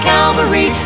Calvary